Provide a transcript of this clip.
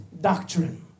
doctrine